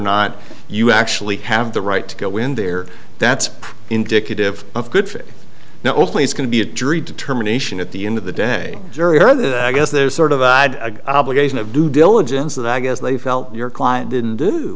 not you actually have the right to go in there that's indicative of good faith now only it's going to be a dream determination at the end of the day very early that i guess there's sort of a obligation of due diligence that i guess they felt your client didn't do